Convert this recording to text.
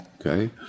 Okay